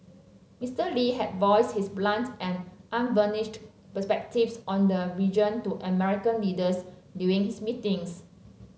Mister Lee had voiced his blunt and unvarnished perspectives on the region to American leaders during his meetings